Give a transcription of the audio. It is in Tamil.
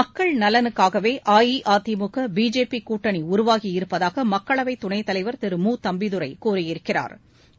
மக்கள் நலனுக்காகவே அஇஅதிமுக பிஜேபி கூட்டணி உருவாகியிருப்பதாக மக்களவைத் துணைத்தலைவா் திரு மு தம்பிதுரை கூறியிருக்கிறாா்